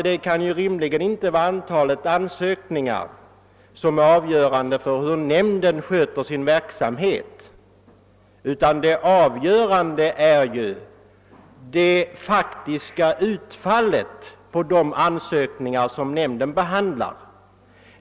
Det kan rimligen inte vara antalet ansökningar som är avgörande för hur nämnden sköter sin verksamhet, utan det avgörande är det faktiska utfallet av de ansökningar som nämnden behandlar.